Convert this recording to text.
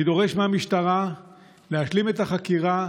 אני דורש מהמשטרה להשלים את החקירה,